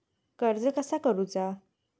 कर्ज कसा करूचा?